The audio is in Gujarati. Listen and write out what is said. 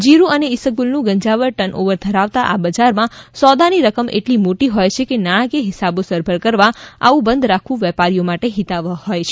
જીરું અને ઈસબગુલનું ગંજાવર ટર્ન ઓવર ધરાવતા આ બજારમાં સોદાની રકમ એટલી મોટી હોય છે કે નાણાકીય હિસાબો સરભર કરવા આવું બંધ રાખવું વેપારીઓ માટે હિતાવહ હોય છે